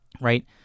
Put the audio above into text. right